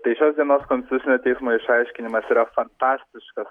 tai šios dienos konstitucinio teismo išaiškinimas yra fantastiškas